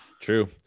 true